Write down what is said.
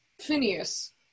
Phineas